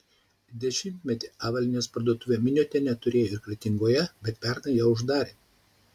dešimtmetį avalynės parduotuvę miniotienė turėjo ir kretingoje bet pernai ją uždarė